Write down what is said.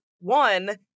one